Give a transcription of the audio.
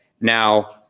Now